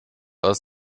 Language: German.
aus